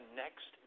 next